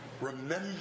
remember